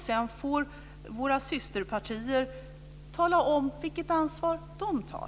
Sedan får våra systerpartier tala om vilket ansvar de tar.